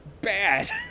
bad